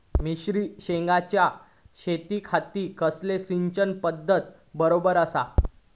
मिर्षागेंच्या शेतीखाती कसली सिंचन पध्दत बरोबर आसा?